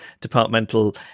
departmental